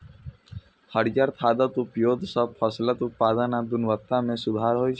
हरियर खादक उपयोग सं फसलक उत्पादन आ गुणवत्ता मे सुधार होइ छै